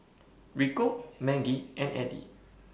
Rico Maggie and Addie